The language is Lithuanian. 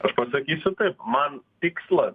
aš pasakysiu taip man tikslas